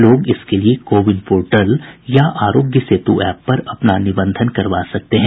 लोग इसके लिए कोविन पोर्टल या आरोग्य सेतु एप पर अपना निबंधन करवा सकते हैं